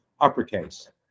uppercase